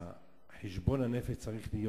חשבון הנפש צריך להיות